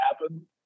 happen